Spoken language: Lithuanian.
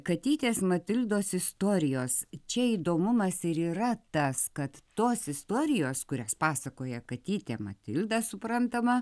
katytės matildos istorijos čia įdomumas ir yra tas kad tos istorijos kurias pasakoja katytė matilda suprantama